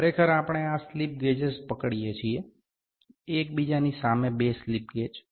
ખરેખર આપણે આ સ્લિપ ગેજ્સ પકડીએ છીએ એકબીજાની સામે બે સ્લિપ ગેજ